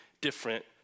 different